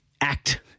act